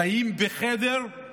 חיים בחדר של